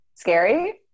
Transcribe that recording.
scary